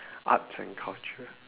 arts and culture